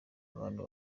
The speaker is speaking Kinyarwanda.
abantu